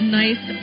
nice